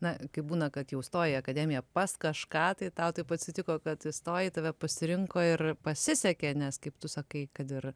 na kaip būna kad jau stoji į akademiją pas kažką tai tau taip atsitiko kad įstojai tave pasirinko ir pasisekė nes kaip tu sakai kad ir